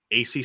ACC